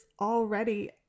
already